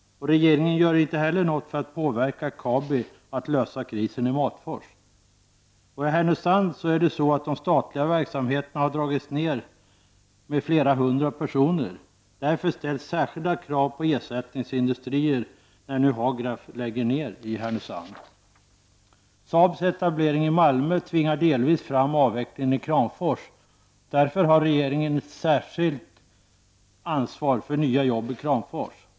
Regeringen gör heller inget för att påverka Kabi att lösa krisen i Matfors. I Härnösand har de statliga verksamheterna dragits ner med flera hundra personer. Därför ställs särskilda krav på ersättningsindustrier när nu Saabs etablering i Malmö tvingar delvis fram avvecklingen i Kramfors. Därför har regeringen ett särskilt ansvar för nya jobb i Kramfors.